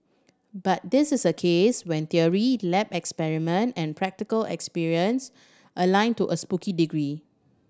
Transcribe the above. but this is a case when theory lab experiment and practical experience align to a spooky degree